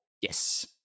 Yes